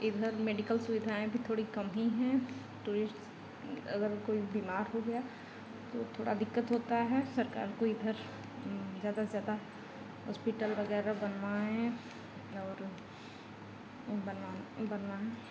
इधर मेडिकल सुविधाएँ भी थोड़ी कम ही हैं टूरिस्ट अगर कोई बीमार हो गया तो थोड़ी दिक्कत होती है सरकार को इधर ज़्यादा से ज़्यादा हॉस्पिटल वगैरह बनवाएँ और बन बनवाएँ